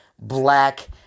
black